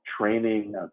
training